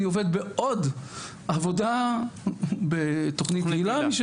אני עובד בעוד עבודה בתוכנית אילן,